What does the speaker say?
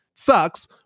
Sucks